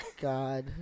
God